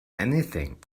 anything